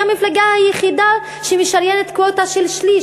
היא המפלגה היחידה שמשריינת קווטה של שליש.